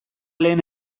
lehen